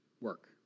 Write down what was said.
work